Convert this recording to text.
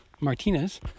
Martinez